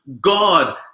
God